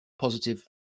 positive